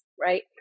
right